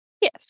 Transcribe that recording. Yes